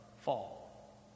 fall